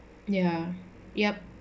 ya yup